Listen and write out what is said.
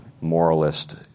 moralist